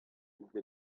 yüzde